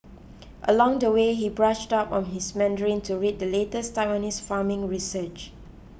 along the way he brushed up on his Mandarin to read the latest Taiwanese farming research